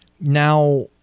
Now